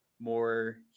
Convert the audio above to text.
more